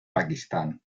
pakistán